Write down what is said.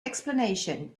explanation